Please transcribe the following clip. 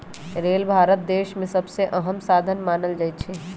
rail Bharat देश में सबसे अहम साधन मानल जाई छई